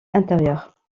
intérieure